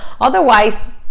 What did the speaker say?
Otherwise